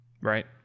right